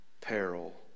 peril